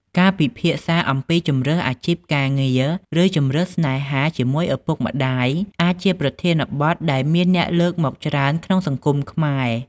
ការពិភាក្សាអំពីជម្រើសអាជីពការងារ ឬជម្រើសស្នេហាជាមួយឪពុកម្ដាយ អាចជាប្រធានបទដែលមានអ្នកលើកមកច្រើនក្នុងសង្គមខ្មែរ។